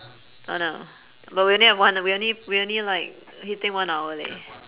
!hanna! but we only had one we only we only like take one hour leh